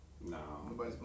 No